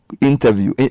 Interview